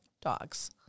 dogs